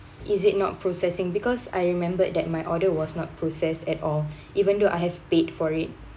is it not processing because I remembered that my order was not processed at all even though I have paid for it